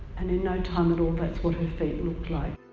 and in no time at all that's what her feet looked like.